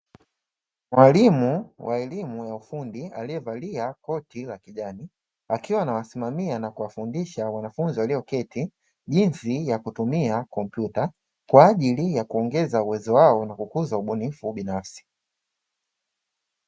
Walimu wa elimu ya ufundi aliyevalia koti la kijani, akiwa anawasimamia na kuwafundisha wanafunzi walioketi, jinsi ya kutumia kompyuta kwa ajili ya kuongeza uwezo wao na kukuza ubunifu binafsi.